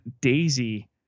Daisy